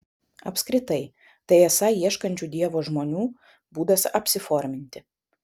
apskritai tai esą ieškančių dievo žmonių būdas apsiforminti